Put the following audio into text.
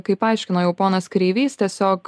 kaip aiškino jau ponas kreivys tiesiog